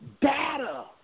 Data